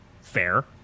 fair